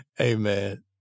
Amen